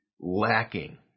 lacking